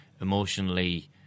emotionally